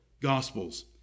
Gospels